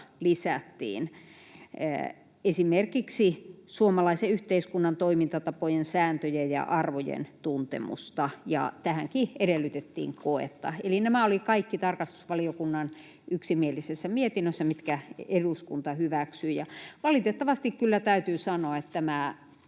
lisättiin, esimerkiksi suomalaisen yhteiskunnan toimintatapojen, sääntöjen ja arvojen tuntemusta, ja tähänkin edellytettiin koetta. Eli nämä, mitkä eduskunta hyväksyi, olivat kaikki tarkastusvaliokunnan yksimielisessä mietinnössä. Ja valitettavasti kyllä täytyy sanoa, että tämä